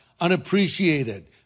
unappreciated